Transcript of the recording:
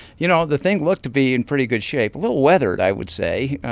you know, the thing looked to be in pretty good shape a little weathered, i would say.